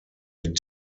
mit